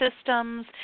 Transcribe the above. systems